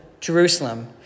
Jerusalem